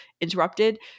interrupted